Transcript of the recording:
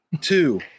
two